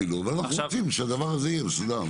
ואנחנו רוצים שהדבר הזה יהיה מסודר.